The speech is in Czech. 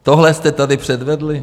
Tohle jste tady předvedli?